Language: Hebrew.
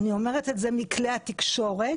אני אומרת את זה מכלי התקשורת,